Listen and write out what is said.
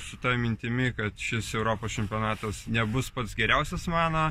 su ta mintimi kad šis europos čempionatas nebus pats geriausias mano